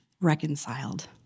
reconciled